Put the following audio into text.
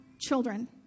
children